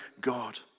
God